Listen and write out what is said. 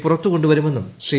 പുറത്തുകൊണ്ടുവരുമെന്നും Shri